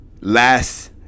last